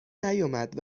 نیامد